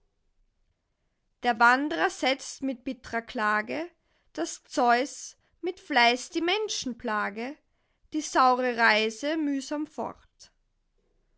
der wandrer setzt mit bittrer klage daß zeus mit fleiß die menschen plage die saure reise mühsam fort